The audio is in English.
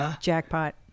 Jackpot